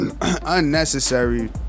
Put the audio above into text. Unnecessary